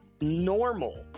normal